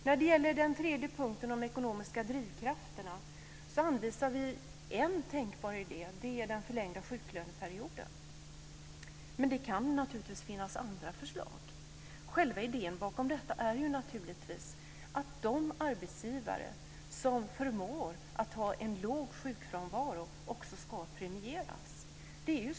När det gäller den tredje punkten om de ekonomiska drivkrafterna anvisar vi en tänkbar idé, och det är den förlängda sjuklöneperioden. Men det kan naturligtvis finnas andra förslag. Själva idén bakom detta är att de arbetsgivare som förmår ha en låg sjukfrånvaro också ska premieras.